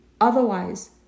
otherwise